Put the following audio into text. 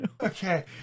okay